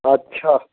আচ্ছা